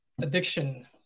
addiction